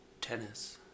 Tennis